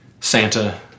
Santa